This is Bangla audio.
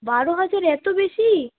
বারো হাজার এতো বেশি